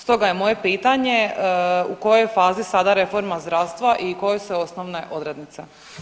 Stoga je moje pitanje u kojoj je fazi sada reforma zdravstva i koje su osnovne odrednice?